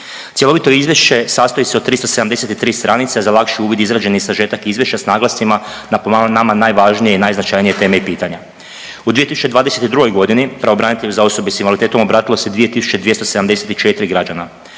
Cjelovito izvješće sastoji se od 373 stranice, za lakši uvid izrađen je i sažetak izvješća s naglascima na po nama najvažnije i najznačajnije teme i pitanja. U 2022. godini, Pravobranitelju za osobe s invaliditetom obratilo se 2.274 građana.